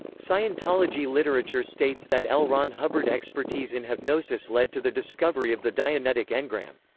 scientology literature states that l. ron hubbard expertise in hypnosis led to the discovery of the dianetic engram.